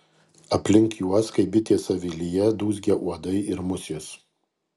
aplink juos kaip bitės avilyje dūzgia uodai ir musės